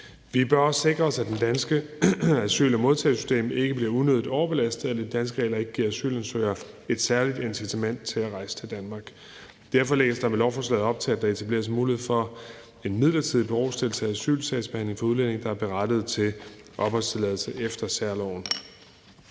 Vi bør også sikre os, at det danske asyl- og modtagesystem ikke bliver unødigt overbelastet, og at de danske regler ikke giver asylansøgere et særligt incitament til at rejse til Danmark. Derfor lægges der med lovforslaget op til, at der etableres en mulighed for en midlertidig berostillelse af asylsagsbehandlingen for udlændinge, der er berettiget til opholdstilladelse efter særloven.